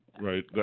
Right